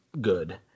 good